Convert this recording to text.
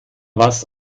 was